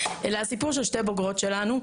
אלא על סיפור של שתי בוגרות שלנו,